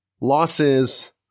losses